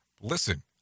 Listen